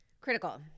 Critical